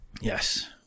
Yes